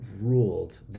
ruled